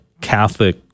catholic